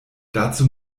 dazu